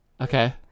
Okay